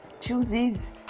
chooses